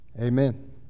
amen